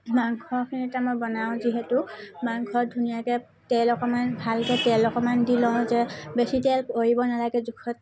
মাংসখিনিটো মই বনাওঁ যিহেতু মাংস ধুনীয়াকৈ তেল অকণমান ভালকৈ তেল অকণমান দি লওঁ যে বেছি তেল পৰিব নালাগে জোখত